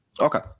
Okay